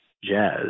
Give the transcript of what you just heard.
jazz